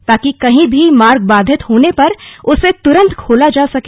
ताकि कहीं भी मार्ग बाधित होने पर उसे तुरंत खोला जा सके